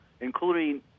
including